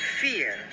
fear